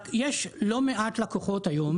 יש לא מעט לקוחות היום